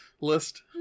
list